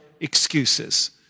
excuses